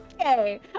okay